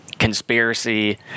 conspiracy